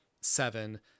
seven